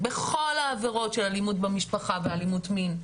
בכל העבירות של אלימות במשפחה ואלימות מין,